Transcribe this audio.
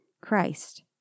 Christ